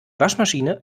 waschmaschine